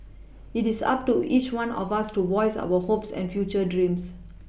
it is up to each one of us to voice our hopes and future dreams